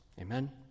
Amen